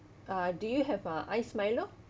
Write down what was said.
uh do you have uh ice milo